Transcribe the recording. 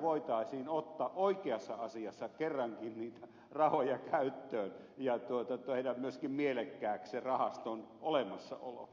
voitaisiin ottaa oikeassa asiassa kerrankin niitä rahoja käyttöön ja tehdä myöskin mielekkääksi rahaston olemassaolo